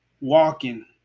Walking